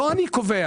לא אני קובע.